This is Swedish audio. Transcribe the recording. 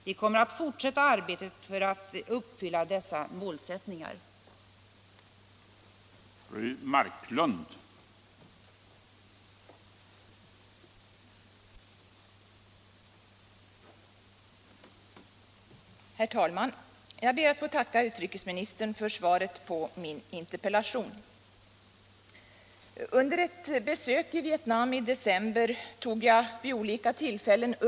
Vi kommer att fortsätta att arbeta för att dessa målsättningar uppfylls.